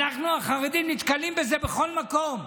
אנחנו החרדים נתקלים בזה בכל מקום.